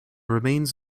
remains